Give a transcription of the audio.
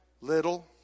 Little